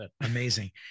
amazing